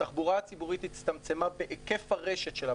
התחבורה הציבורית הצטמצמה בהיקף הרשת שלה,